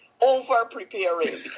Over-preparing